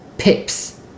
Pips